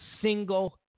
single